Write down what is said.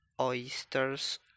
oysters